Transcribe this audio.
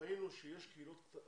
ראינו שיש קהילות,